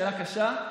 שאלה קשה,